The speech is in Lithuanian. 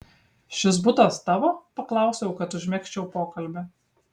šis butas tavo paklausiau kad užmegzčiau pokalbį